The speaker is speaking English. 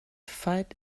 fight